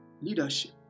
leadership